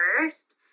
first